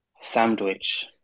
Sandwich